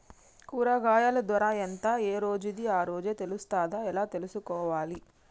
కూరగాయలు ధర ఎంత ఏ రోజుది ఆ రోజే తెలుస్తదా ఎలా తెలుసుకోవాలి?